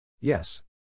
Yes